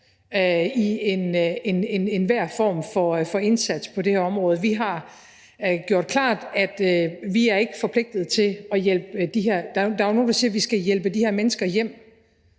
i enhver form for indsats på det her område. Vi har gjort klart, at vi ikke er forpligtede til at hjælpe dem her. Der er jo